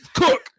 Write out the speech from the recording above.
Cook